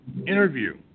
interview